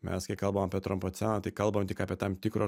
mes kai kalbam apie antropoceną tai kalbam tik apie tam tikro